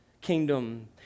kingdom